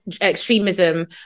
extremism